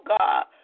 God